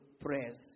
prayers